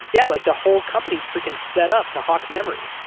yeah like the whole company's freaking set-up to hawk memory.